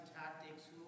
tactics